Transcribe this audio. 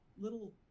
little